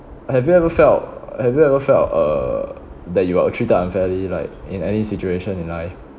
have you ever felt have you ever felt uh that you are treated unfairly like in any situation in life